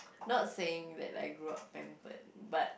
not saying that I grow up pampered but